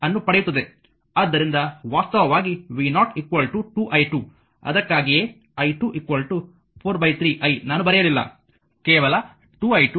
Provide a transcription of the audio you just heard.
ಆದ್ದರಿಂದ ವಾಸ್ತವವಾಗಿ v0 2 i2 ಅದಕ್ಕಾಗಿಯೇ i2 4 3i ನಾನು ಬರೆಯಲಿಲ್ಲ ಕೇವಲ 2i2 83i ಇದು ಸಮೀಕರಣ 10 ಆಗಿದೆ